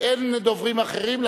אין דוברים אחרים.